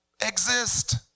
exist